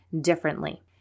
differently